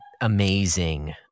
amazing